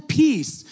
peace